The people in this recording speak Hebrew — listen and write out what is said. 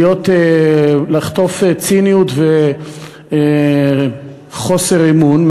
לחטוף ציניות וחוסר אמון,